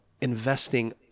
investing